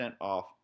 off